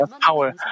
power